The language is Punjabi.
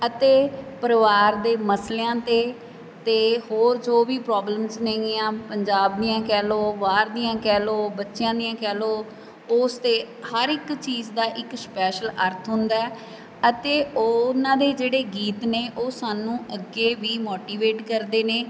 ਅਤੇ ਪਰਿਵਾਰ ਦੇ ਮਸਲਿਆਂ 'ਤੇ ਅਤੇ ਹੋਰ ਜੋ ਵੀ ਪ੍ਰੋਬਲਮਸ ਨੇਗੀਆਂ ਪੰਜਾਬ ਦੀਆਂ ਕਹਿ ਲਓ ਬਾਹਰ ਦੀਆਂ ਕਹਿ ਲਓ ਬੱਚਿਆਂ ਦੀਆਂ ਕਹਿ ਲਓ ਉਸ 'ਤੇ ਹਰ ਇੱਕ ਚੀਜ਼ ਦਾ ਇੱਕ ਸਪੈਸ਼ਲ ਅਰਥ ਹੁੰਦਾ ਅਤੇ ਉਹਨਾਂ ਦੇ ਜਿਹੜੇ ਗੀਤ ਨੇ ਉਹ ਸਾਨੂੰ ਅੱਗੇ ਵੀ ਮੋਟੀਵੇਟ ਕਰਦੇ ਨੇ